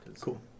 Cool